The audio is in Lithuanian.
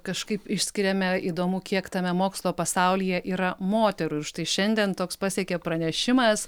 kažkaip išskiriame įdomu kiek tame mokslo pasaulyje yra moterų ir štai šiandien toks pasiekė pranešimas